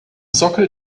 sockel